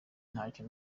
ntacyo